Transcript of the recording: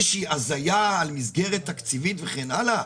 שהיא הזיה על מסגרת תקציבית וכן הלאה?